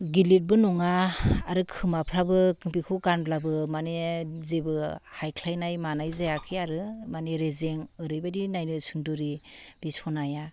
गिलिरबो नङा आरो खोमाफ्राबो बेखौ गानब्लाबो माने जेबो हायख्लायनाय मानाय जायाखै आरो माने रेजें ओरैबायदि नायनो सुन्दरि बे सनाया